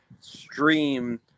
stream